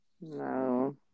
No